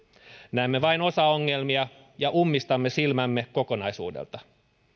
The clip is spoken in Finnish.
näemme vain osaongelmia ja ummistamme silmämme kokonaisuudelta